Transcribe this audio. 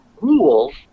rules